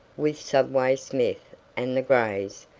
with subway smith and the grays,